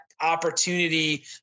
opportunity